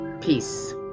Peace